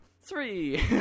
three